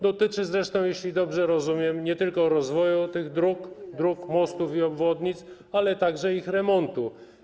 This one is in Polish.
Dotyczy zresztą, jeśli dobrze rozumiem, nie tylko rozwoju tych dróg, mostów i obwodnic, ale także ich remontu.